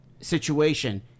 situation